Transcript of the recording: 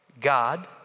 God